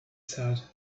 said